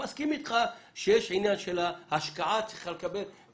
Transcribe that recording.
אני מסכים אתך שיש השקעה שצריך לקבל עליה תמורה.